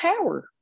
power